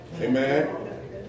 Amen